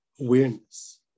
awareness